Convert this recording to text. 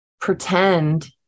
pretend